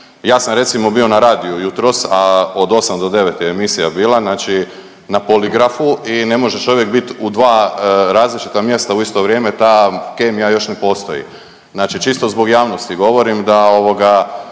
Ja sam recimo bio na radiju jutros, a od 8 do 9 je emisija bila znači na Poligrafu i ne može čovjek bit u dva različita mjesta u isto vrijeme, ta kemija još ne postoji, znači čisto zbog javnosti govorim da ovoga